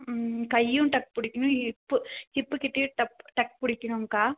ம் கையும் டக் பிடிக்கணும் ஹிப்பு ஹிப்பு கிட்டேயும் டப் டக் பிடிக்கணுங்க்கா